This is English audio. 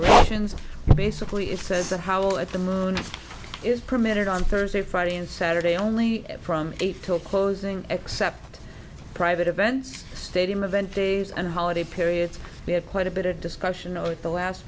locations basically it says a howl at the moon is permitted on thursday friday and saturday only from eight till closing except private events stadium event days and holiday periods we had quite a bit of discussion over the last